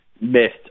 missed